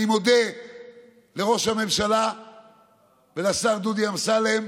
אני מודה לראש הממשלה ולשר דודי אמסלם,